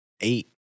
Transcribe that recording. eight